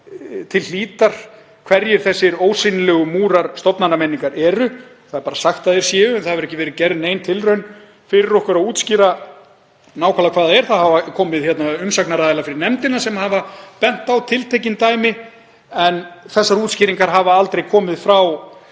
til hlítar hverjir þessir ósýnilegu múrar stofnanamenningar eru. Það er bara sagt að þeir séu þarna. Það hefur ekki verið gerð nein tilraun til að útskýra fyrir okkur nákvæmlega hvað það er. Það hafa komið umsagnaraðilar fyrir nefndina sem hafa bent á tiltekin dæmi en þessar útskýringar hafa aldrei komið frá